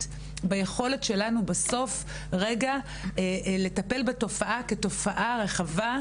ביכולת שלנו בסוף רגע לטפל בתופעה כתופעה רחבה,